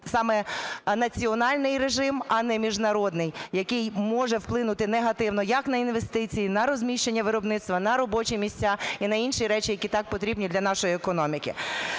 саме національний режим, а не міжнародний, який може вплинути негативно як на інвестиції, на розміщення виробництва, на робочі місця і на інші речі, які так потрібні для нашої економіки.